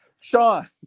Sean